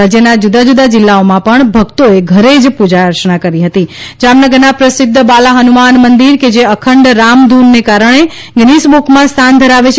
રાજયના જુદા જુદા જિલ્લાઓમાં પણ ભકતોએઘરે જ પુજા અર્ચનાકરી હતી જામનગરના પ્રસિદ્ધ બાલા હનુમાન મંદિર કે જે અખંડ રામધૂન ને કારણે ગિનેસબુકમાં સ્થાન ધરાવે છે